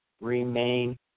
remain